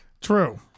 True